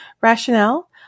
Rationale